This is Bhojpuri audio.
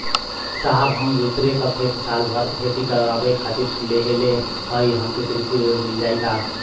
साहब हम दूसरे क खेत साल भर खेती करावे खातिर लेहले हई हमके कृषि ऋण मिल जाई का?